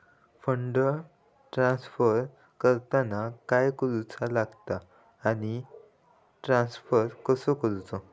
Fund transfer करताना काय करुचा लगता आनी ट्रान्स्फर कसो करूचो?